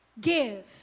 give